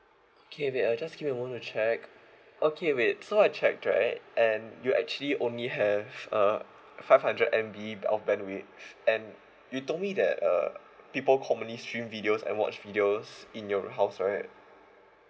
okay wait uh just give me a moment to check okay wait so I checked right and you actually only have uh five hundred M_B of bandwidth and you told me that err people commonly stream videos and watch videos in your house right